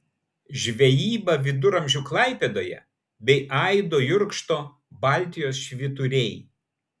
žvejyba viduramžių klaipėdoje bei aido jurkšto baltijos švyturiai